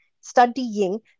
studying